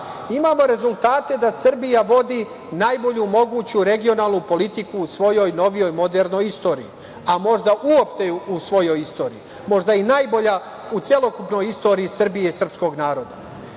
rezultate da Srbija vodi najbolju moguću regionalnu politiku u svojoj novijom modernoj istoriji, a možda uopšte u svojoj istoriji. Možda i najbolja u celokupnoj istoriji Srbije i srpskog naroda. Imamo